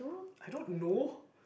I don't know